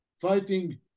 fighting